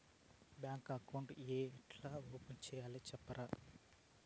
Bank account ఏ ఎట్లా open సేయాలి సెప్తారా?